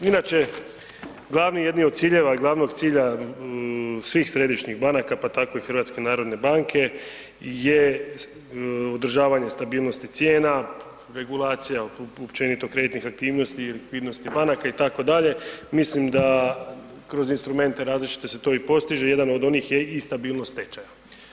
Inače glavni jedni od ciljeva glavnog cilja svih središnjih banaka pa tako i HNB-a je održavanje stabilnosti cijena, regulacija općenito kreditnih aktivnosti i likvidnosti banaka itd., mislim da kroz instrumente različite se to i postiže, jedan od onih je i stabilnost tečaja.